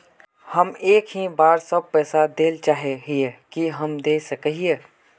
हम एक ही बार सब पैसा देल चाहे हिये की हम दे सके हीये?